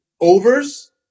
overs